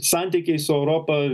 santykiai su europa